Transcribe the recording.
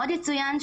עוד יצוין,